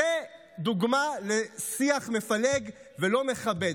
זו דוגמה לשיח מפלג ולא מכבד.